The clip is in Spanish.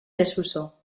desuso